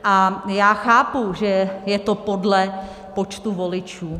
A já chápu, že je to podle počtu voličů.